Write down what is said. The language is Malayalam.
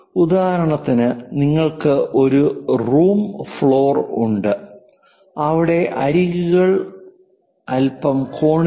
ഉദാഹരണത്തിന് നിങ്ങൾക്ക് ഒരു റൂം ഫ്ലോർ ഉണ്ട് അവിടെ അരികുകൾ അല്പം കോണിലാണ്